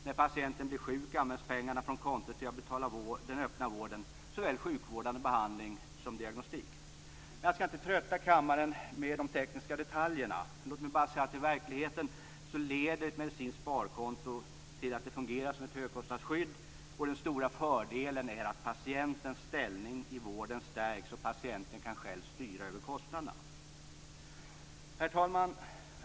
När patienten blir sjuk används pengarna från kontot till att betala den öppna vården, såväl sjukvårdande behandling som diagnostik. Jag skall inte trötta kammaren med de tekniska detaljerna. Låt mig bara säga att i verkligheten skulle ett medicinskt sparkonto fungera som ett högkostnadsskydd. Det stora fördelen är att patientens ställning i vården stärks och att patienten själv kan styra över kostnaderna. Herr talman!